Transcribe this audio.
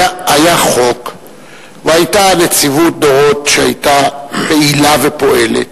היה חוק והיתה נציבות דורות, שהיתה פעילה ופועלת.